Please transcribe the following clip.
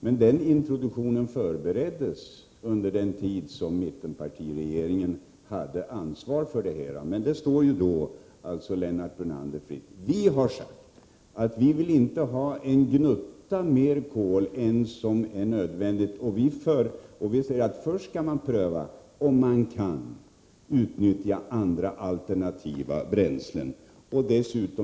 Men den introduktionen förbereddes under den tid som mittenpartiregeringen hade ansvaret för detta område. Det står alltså Lennart Brunander fritt att ta ställning. Vi har sagt att vi inte vill ha en gnutta mer kol än som är nödvändigt och att man först skall pröva om man kan utnyttja andra, alternativa bränslen.